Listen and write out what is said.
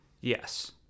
Yes